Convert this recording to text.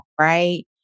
right